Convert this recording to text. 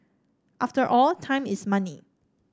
after all time is money